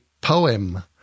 poem